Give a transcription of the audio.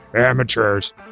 amateurs